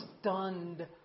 stunned